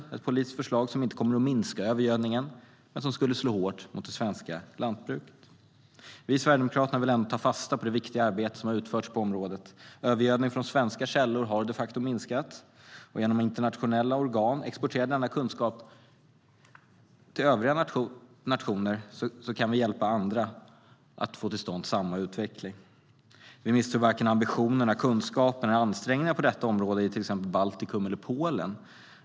Det är ett politiskt förslag som inte kommer att minska övergödningen men som skulle slå hårt mot det svenska lantbruket. Vi i Sverigedemokraterna vill ändå ta fasta på det viktiga arbete som har utförts på området. Övergödning från svenska källor har de facto minskat. Om vi genom internationella organ exporterar denna kunskap till övriga nationer kan vi hjälpa andra att få till stånd samma utveckling. Vi misstror varken ambitionerna, kunskaperna eller ansträngningarna på detta område i till exempel Baltikum eller Polen.